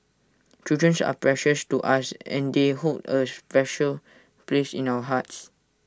children's are precious to us and they hold A special place in our hearts